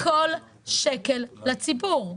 אני רוצה לדעת מה נעשה בכל שקל לציבור.